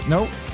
Nope